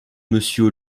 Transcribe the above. monsieur